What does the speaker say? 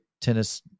tennis